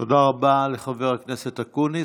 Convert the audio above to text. תודה רבה לחבר הכנסת אקוניס.